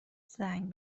زنگ